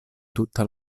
tutta